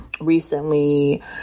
Recently